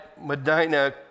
Medina